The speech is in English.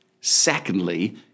Secondly